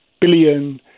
billion